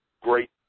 great